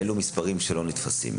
אלו מספרים שלא נתפסים.